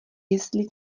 jestli